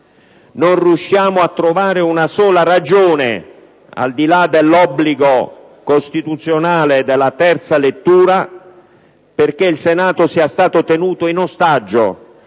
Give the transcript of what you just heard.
Non riusciamo a trovare una sola ragione, al di là dell'obbligo costituzionale della terza lettura, perché il Senato sia stati tenuto in ostaggio